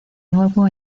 nuevo